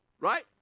Right